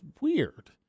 weird